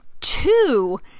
Two